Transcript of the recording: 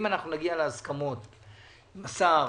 אם אנחנו נגיע להסכמות עם השר,